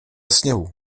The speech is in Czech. sněhu